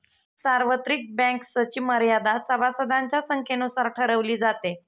सार्वत्रिक बँक्सची मर्यादा सभासदांच्या संख्येनुसार ठरवली जाते